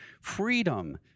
Freedom